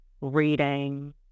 reading